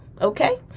okay